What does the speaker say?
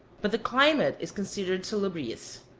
but the climate is considered salubrious.